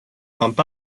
pump